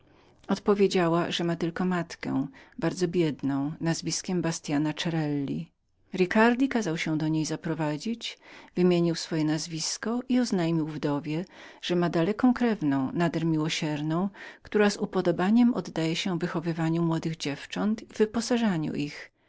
odpowiedziała że miała tylko matkę bardzo biedną nazwiskiem bastiana cerelli ricardi kazał się do niej zaprowadzić wymienił swoje nazwisko i oznajmił wdowie że miał daleką krewną nader miłosierną która z upodobaniem oddawała się wychowaniu młodych dziewcząt i wyposażaniu ich